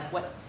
what,